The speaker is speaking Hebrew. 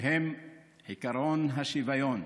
שהם עקרון השוויון,